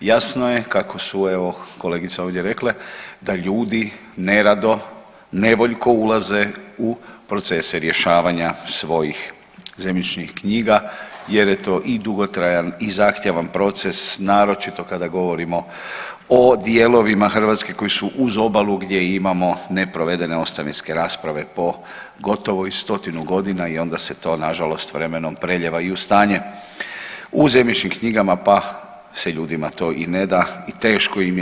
Jasno je kako su evo kolegice ovdje rekle da ljudi nerado, nevoljko ulaze u procese rješavanja svojih zemljišnih knjiga jer je to i dugotrajan i zahtjevan proces, naročito kada govorimo o dijelovima Hrvatske ikoji su uz obalu gdje imamo ne provedene ostavinske rasprave po gotovo i stotinu godina i onda se to nažalost vremenom prelijeva i u stanje u zemljišnim knjigama pa se ljudima to i ne da i teško im je.